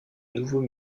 nouveau